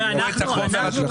הרזרבה.